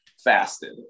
fasted